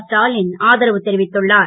ஸ்டாலின் ஆதரவு தெரிவித்துள்ளார்